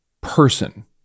person